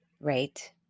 Right